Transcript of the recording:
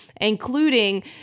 including